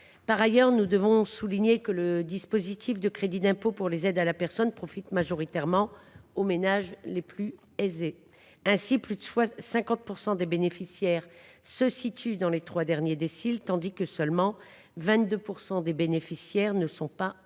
cet égard, nous devons souligner que le dispositif de crédit d’impôt pour les aides à la personne profite majoritairement aux ménages les plus aisés. Ainsi, plus de 50 % des bénéficiaires se situent dans les trois derniers déciles, tandis que seulement 22 % des bénéficiaires ne sont pas